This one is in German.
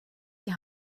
die